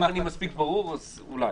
אם אני מספיק ברור אז אולי.